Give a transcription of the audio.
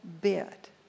bit